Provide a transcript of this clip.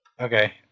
Okay